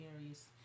areas